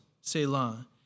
Selah